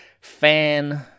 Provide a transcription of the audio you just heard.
fan